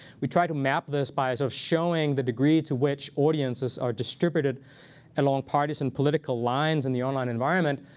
we tried to map this by so showing the degree to which audiences are distributed along partisan political lines in the online environment.